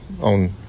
on